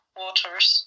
waters